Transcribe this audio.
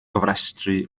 gofrestru